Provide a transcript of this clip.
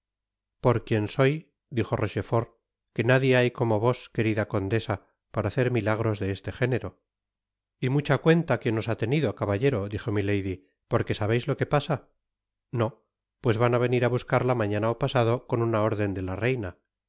por quien soy dijo rochefort que nadie hay como vos querida condesa para hacer milagros de este género y mucha cuenta que nos ha tenido caballero dijo milady porque sabeis lo que pasa no pues van á venir á buscarla mañana ó pasado con una órden de la reina